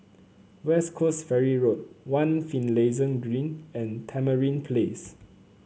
West Coast Ferry Road One Finlayson Green and Tamarind Place